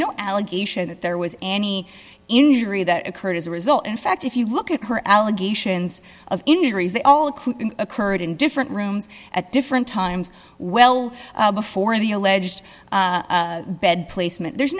no allegation that there was any injury that occurred as a result in fact if you look at her allegations of injuries they all occurred in different rooms at different times well before the alleged bed placement there's